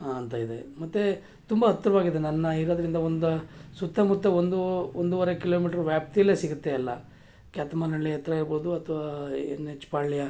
ಅಂತ ಇದೆ ಮತ್ತು ತುಂಬ ಹತ್ರವಾಗಿದೆ ನನ್ನ ಇರೋದರಿಂದ ಒಂದು ಸುತ್ತಮುತ್ತ ಒಂದು ಒಂದುವರೆ ಕಿಲೋಮಿಟ್ರ್ ವ್ಯಾಪ್ತಿಲೇ ಸಿಗುತ್ತೆ ಎಲ್ಲ ಕ್ಯಾತ್ಮಾರ್ನಳ್ಳಿ ಹತ್ರ ಇರ್ಬೋದು ಅಥ್ವಾ ಎನ್ ಎಚ್ ಪಾಳ್ಯ